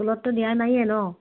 স্কুলততো দিয়া নাইয়ে নহ্